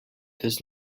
does